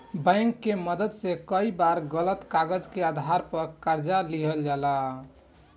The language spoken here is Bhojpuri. बैंक के मदद से कई बार गलत कागज के आधार पर कर्जा लिहल जाला